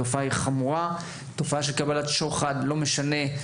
התופעה של קבלת שוחד היא חמורה,